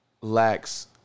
Lacks